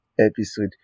episode